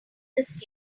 this